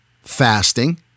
fasting